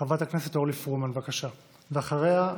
חברת הכנסת אורלי פרומן, בבקשה, ואחריה,